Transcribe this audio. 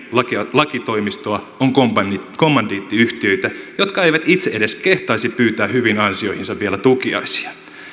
lakitoimistoa on kommandiittiyhtiöitä jotka eivät itse edes kehtaisi pyytää hyviin ansioihinsa vielä tukiaisia